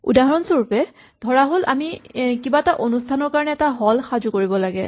উদাহৰণস্বৰূপে ধৰাহ'ল কিবা এটা অনুষ্ঠানৰ কাৰণে এটা হল সাজু কৰিব লাগে